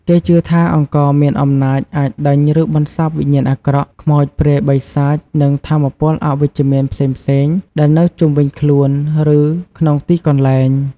គេជឿថា អង្ករមានអំណាចអាចដេញ ឬបន្សាបវិញ្ញាណអាក្រក់ ខ្មោច ព្រាយ បិសាច និងថាមពលអវិជ្ជមានផ្សេងៗដែលនៅជុំវិញខ្លួន ឬក្នុងទីកន្លែង។